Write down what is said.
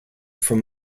from